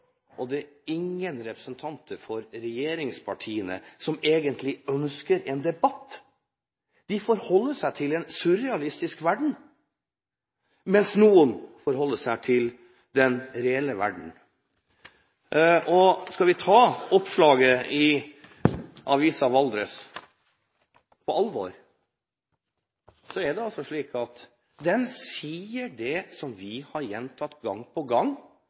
stort, er det ingen representanter for regjeringspartiene som egentlig ønsker en debatt – de forholder seg til en surrealistisk verden, mens noen forholder seg til den reelle verden. Skal vi ta oppslaget i avisen Valdres på alvor, er det altså slik at den sier det som vi har gjentatt gang på gang: